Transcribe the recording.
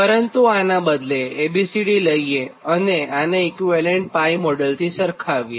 પરંતુ આનાં બદલે A B C D લઈએ અને આને ઇક્વીવેલન્ટ 𝜋 મોડેલથી સરખાવીએ